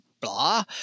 blah